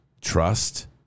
trust